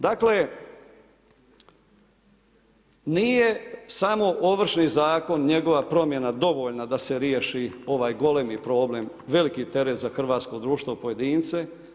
Dakle, nije samo Ovršni zakon, njegova promjena dovoljna da se riješi ovaj golemi problem, veliki teret za hrvatsko društvo i pojedince.